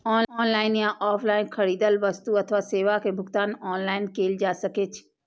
online या offline खरीदल वस्तु अथवा सेवा के भुगतान ऑनलाइन कैल जा सकैछ